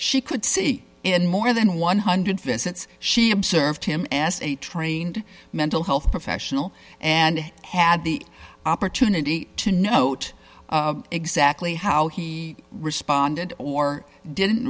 she could see in more than one hundred visits she observed him as a trained mental health professional and had the opportunity to note exactly how he responded or didn't